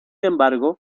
embargo